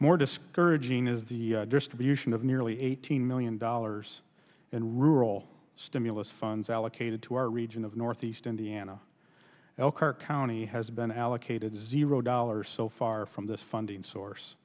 more discouraging is the distribution of nearly eighteen million dollars and rural stimulus funds allocated to our region of northeast indiana elkhart county has been allocated zero dollars so far from this funding source